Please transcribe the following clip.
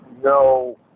no